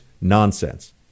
nonsense